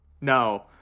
No